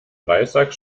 reissack